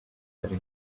better